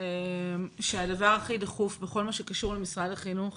חושבת שהדבר הכי דחוף בכל מה שקשור למשרד החינוך